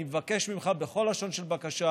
אני מבקש ממך בכל לשון של בקשה